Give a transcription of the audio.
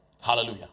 Hallelujah